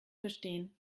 verstehen